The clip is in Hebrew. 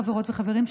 חברות וחברים,